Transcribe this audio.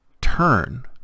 turn